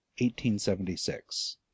1876